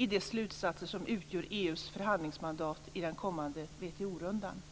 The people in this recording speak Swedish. i de slutsatser som utgör EU:s förhandlingsmandat i den kommande WTO-rundan. Då Lena Ek som framställt interpellationen anmält att hon var förhindrad att närvara vid sammanträdet medgav talmannen att Åsa Torstensson i stället fick delta i överläggningen.